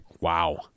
Wow